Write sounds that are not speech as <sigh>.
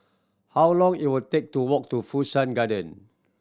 how long <unintelligible> will take to walk to Fu Shan Garden